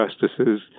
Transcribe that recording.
justices